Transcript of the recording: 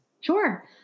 Sure